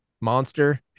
monster